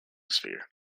sphere